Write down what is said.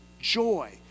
joy